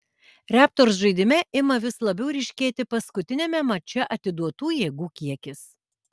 raptors žaidime ima vis labiau ryškėti paskutiniame mače atiduotų jėgų kiekis